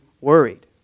worried